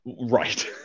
right